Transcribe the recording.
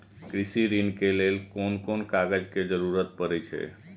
कृषि ऋण के लेल कोन कोन कागज के जरुरत परे छै?